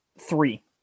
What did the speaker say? three